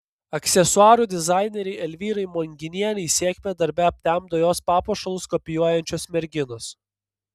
aksesuarų dizainerei elvyrai monginienei sėkmę darbe aptemdo jos papuošalus kopijuojančios merginos